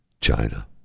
china